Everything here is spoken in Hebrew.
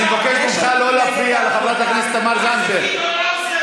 הבושה היא שלך, גזען.